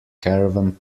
caravan